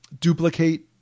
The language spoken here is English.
duplicate